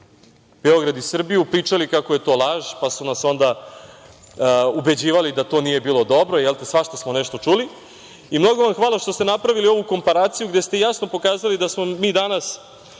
Beograd i Srbiju pričali kako je to laž, pa su nas onda ubeđivali da to nije bilo dobro, svašta smo nešto čuli i mnogo vam hvala što ste napravili ovu komparaciju gde ste jasno pokazali da smo mi danas